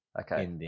Okay